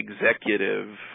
executive